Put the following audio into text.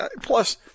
plus